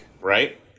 Right